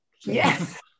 yes